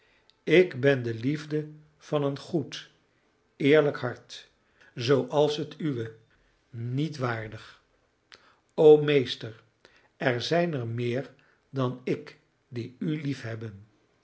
ik ben de liefde van een goed eerlijk hart zooals het uwe niet waardig o meester er zijn er meer dan ik die u